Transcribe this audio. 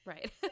Right